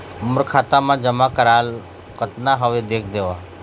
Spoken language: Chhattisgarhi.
मोर खाता मा जमा कराल कतना हवे देख देव?